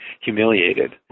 humiliated